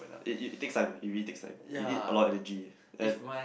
it it it's takes time it really takes time it need a lot energy and